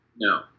No